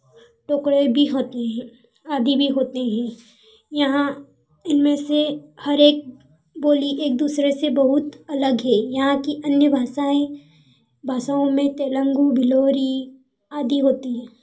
टुकड़े भी होते हैं आदि भी होते हैं यहाँ इनमें से हर एक बोली एक दूसरे से बहुत अलग है यहाँ की अन्य भाषाएँ भाषाओं में तेलन्गु भिलोरी आदि होती है